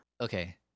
Okay